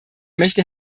möchte